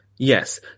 Yes